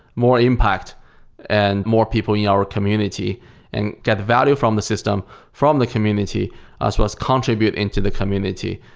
more impact and more people in yeah our community and get value from the system from the community as well as contribute into the community.